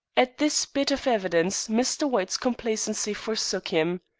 at this bit of evidence mr. white's complacency forsook him.